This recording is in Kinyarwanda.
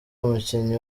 umukinnyi